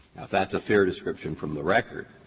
if that's a fair description from the record,